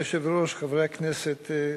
אדוני היושב-ראש, חברי הכנסת,